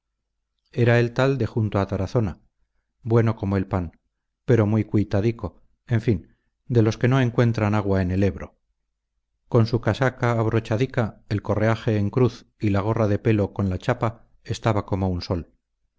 era el tal de junto a tarazona bueno como el pan pero muy cuitadico en fin de los que no encuentran agua en el ebro con su casaca abrochadica el correaje en cruz y la gorra de pelo con la chapa estaba como un sol